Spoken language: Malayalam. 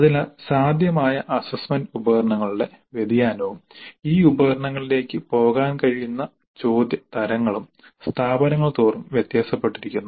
അതിനാൽ സാധ്യമായ അസ്സസ്സ്മെന്റ് ഉപകരണങ്ങളുടെ വ്യതിയാനവും ഈ ഉപകരണങ്ങളിലേക്ക് പോകാൻ കഴിയുന്ന ചോദ്യ തരങ്ങളും സ്ഥാപനങ്ങൾ തോറും വ്യത്യാസപ്പെട്ടിരിക്കുന്നു